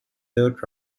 third